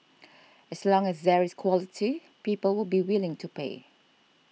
as long as there is quality people would be willing to pay